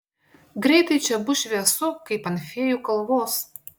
greitai čia bus šviesu kaip ant fėjų kalvos